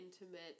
intimate